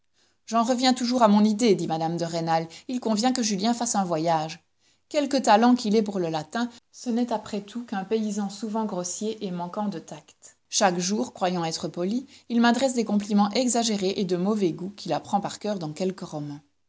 j'en reviens toujours à mon idée dit mme de rênal il convient que julien fasse un voyage quelque talent qu'il ait pour le latin ce n'est après tout qu'un paysan souvent grossier et manquant de tact chaque jour croyant être poli il m'adresse des compliments exagérés et de mauvais goût qu'il apprend par coeur dans quelque roman